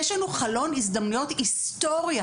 יש לנו חלון הזדמנויות היסטורי.